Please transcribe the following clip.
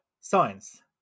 science